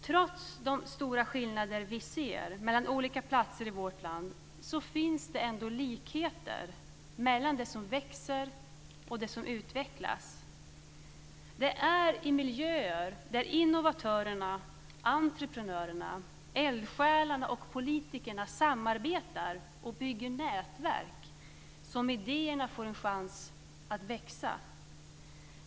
Trots de stora skillnader vi ser mellan olika platser i vårt land finns det ändå likheter mellan det som växer och det som utvecklas. Det är i miljöer där innovatörerna, entreprenörerna, eldsjälarna och politikerna samarbetar och bygger nätverk som idéerna får en chans att växa.